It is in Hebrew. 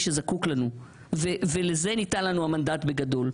שזקוק לנו ולזה ניתן לנו המנדט בגדול.